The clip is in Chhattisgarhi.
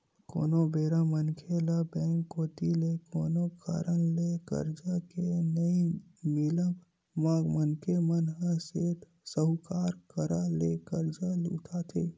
कोनो बेरा मनखे ल बेंक कोती ले कोनो कारन ले करजा के नइ मिलब म मनखे मन ह सेठ, साहूकार करा ले करजा उठाथे